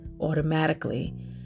automatically